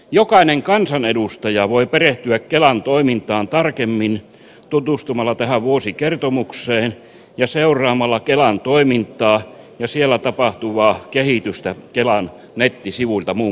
jokainen kansanedustaja voi perehtyä kelan toimintaan tarkemmin tutustumalla tähän vuosikertomukseen ja seuraamalla kelan toimintaa ja siellä tapahtuvaa kehitystä kelan nettisivuilta muun muassa